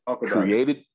created